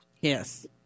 Yes